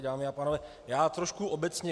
Dámy a pánové, já trošku obecně.